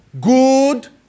good